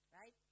Right